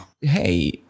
Hey